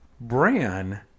Bran